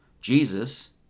Jesus